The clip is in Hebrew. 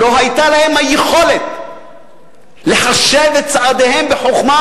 לא היתה להם היכולת לחשב את צעדיהם בחוכמה,